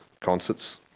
Concerts